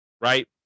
right